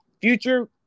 Future